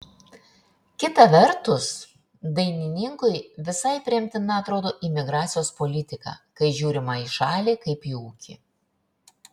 kita vertus dainininkui visai priimtina atrodo imigracijos politika kai žiūrima į šalį kaip į ūkį